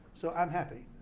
so i'm happy,